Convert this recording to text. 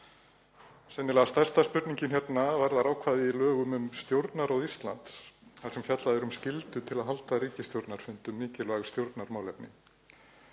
Sennilega stærsta spurningin hérna varðar ákvæði í lögum um Stjórnarráð Íslands þar sem fjallað er um skyldu til að halda ríkisstjórnarfundi um mikilvæg stjórnarmálefni.